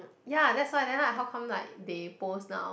ya that's why then like how come like divorce now